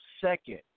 second